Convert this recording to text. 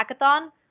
Hackathon